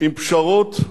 עם פשרות,